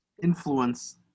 influence